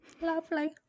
Lovely